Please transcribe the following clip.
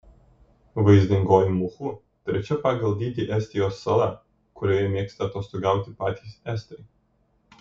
vaizdingoji muhu trečia pagal dydį estijos sala kurioje mėgsta atostogauti patys estai